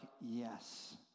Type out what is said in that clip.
yes